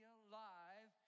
alive